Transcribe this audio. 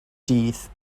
dydd